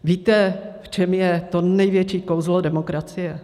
Víte, v čem je to největší kouzlo demokracie?